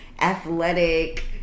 athletic